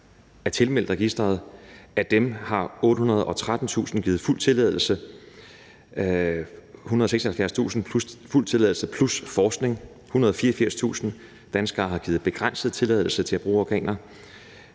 er tilmeldt registeret. Af dem har 813.000 givet fuld tilladelse. 176.000 har givet fuld tilladelse plus tilladelse til forskning. 184.000 danskere har givet begrænset tilladelse til at bruge organer.